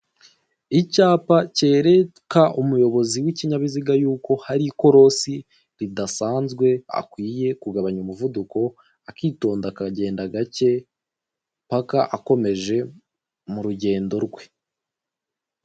Icyapa kereka umuyobozi w'ikinyabiziga yuko hari ikorosi ridasanzwe akwiye kugabanya umuvuduko, akitonda akagenda gake paka akomeje mu rugendo rwe.